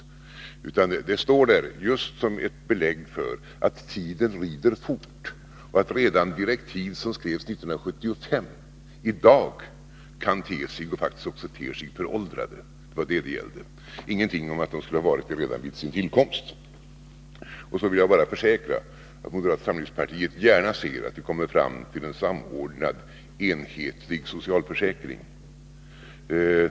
Vårt uttalande står där just som ett belägg för att tiden lider snabbt och att direktiv som skrevs 1975 redan i dag kan te sig — och faktiskt också ter sig — föråldrade. Det var det som saken gällde — det sades ingenting om att de skulle ha varit föråldrade redan vid sin tillkomst. Jag vill vidare bara försäkra att moderata samlingspartiet gärna ser att vi kommer fram till en samordnad, enhetlig socialförsäkring.